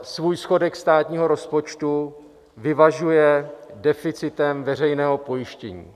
Svůj schodek státního rozpočtu vyvažuje deficitem veřejného pojištění.